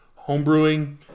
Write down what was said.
Homebrewing